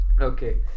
Okay